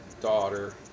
daughter